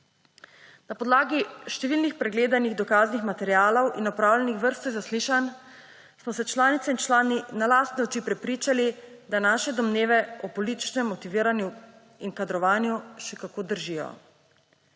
Na podlagi številnih pregledanih dokaznih materialov in opravljenih vrsto zaslišanj smo se članice in člani na lastne oči prepričali, da naše domneve o političnem motiviranju in kadrovanju še kako držijo.